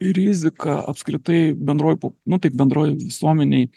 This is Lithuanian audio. rizika apskritai bendroj nu taip bendroj visuomenėj